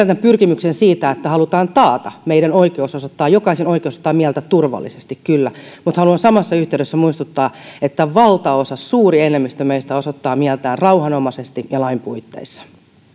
tämän pyrkimyksen siitä että halutaan taata meidän jokaisen oikeus osoittaa mieltä turvallisesti mutta haluan samassa yhteydessä muistuttaa että valtaosa suuri enemmistö meistä osoittaa mieltään rauhanomaisesti ja lain puitteissa